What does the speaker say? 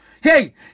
Hey